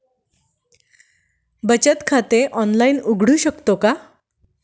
बचत खाते ऑनलाइन उघडू शकतो का?